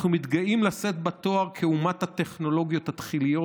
אנחנו מתגאים לשאת בתואר אומת הטכנולוגיות התחיליות,